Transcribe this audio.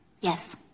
Yes